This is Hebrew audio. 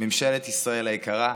ממשלת ישראל היקרה,